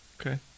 Okay